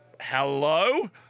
Hello